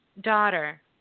daughter